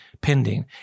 pending